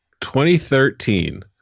2013